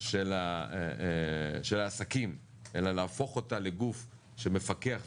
של העסקים אלא להפוך אותה לגוף שמפקח ומסייע,